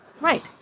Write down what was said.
Right